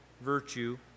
virtue